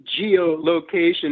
geolocation